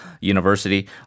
University